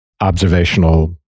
observational